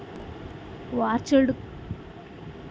virtual card ಅಂದುರ್ ಆ card ಇಂದಾನೆ ಆನ್ಲೈನ್ ರೊಕ್ಕಾ ಕೊಡ್ಬೋದು